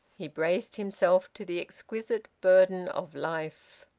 he braced himself to the exquisite burden of life.